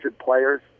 players